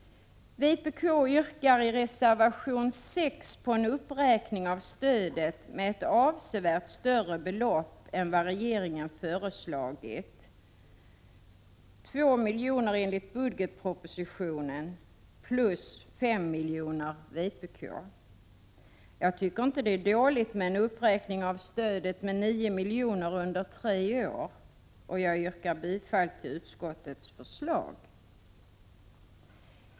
Vpk yrkar i reservation 6 på en uppräkning av stödet med ett avsevärt större belopp än vad regeringen föreslagit. I budgetpropositionen föreslås 2 milj.kr., från vpk 5 milj.kr. Jag tycker inte det är dåligt med en uppräkning av stödet med 9 milj.kr. under tre år. Jag yrkar bifall till utskottets förslag.